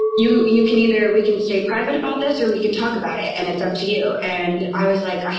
you you can either, we can stay private about this or we can talk about it and it's up to you. and i was like,